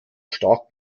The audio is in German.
stark